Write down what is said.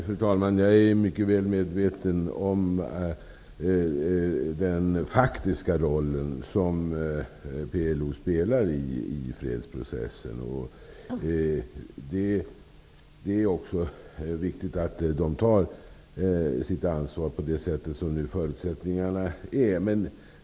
Fru talman! Jag är mycket väl medveten om den faktiska roll som PLO spelar i fredsprocessen. Det är också viktigt att PLO tar sitt ansvar, så som förutsättningarna nu är.